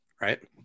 right